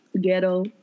ghetto